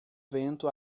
vento